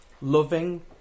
loving